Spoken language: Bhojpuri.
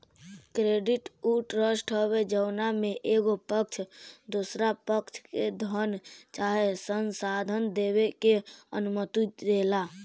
क्रेडिट उ ट्रस्ट हवे जवना में एगो पक्ष दोसरा पक्ष के धन चाहे संसाधन देबे के अनुमति देला